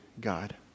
God